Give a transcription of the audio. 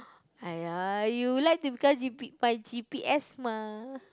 !aiya! you like to because G P by G_P_S mah